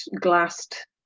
glassed